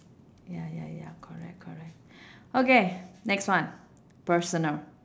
ya ya ya correct correct okay next one personal